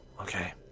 okay